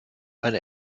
eine